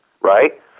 right